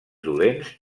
dolents